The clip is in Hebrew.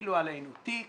הפילו עלינו תיק.